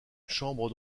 chambre